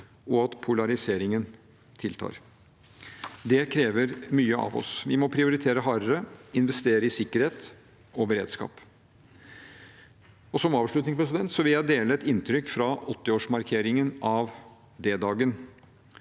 og at polariseringen tiltar. Det krever mye av oss. Vi må prioritere hardere og investere i sikkerhet og beredskap. Som avslutning vil jeg dele et inntrykk fra 80-årsmarkeringen av D-dagen,